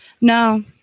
No